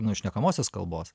nu šnekamosios kalbos